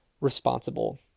responsible